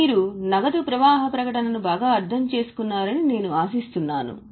కాబట్టి మీరు నగదు ప్రవాహ ప్రకటనను బాగా అర్థం చేసుకున్నారని నేను ఆశిస్తున్నాను